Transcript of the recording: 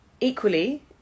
Equally